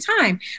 time